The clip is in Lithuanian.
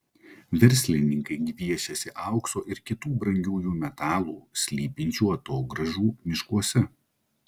verslininkai gviešiasi aukso ir kitų brangiųjų metalų slypinčių atogrąžų miškuose